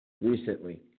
recently